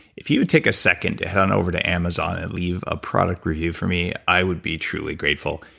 if you take a second, head on over to amazon and leave a product review for me, i would be truly grateful.